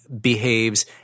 behaves